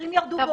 והמחירים ירדו.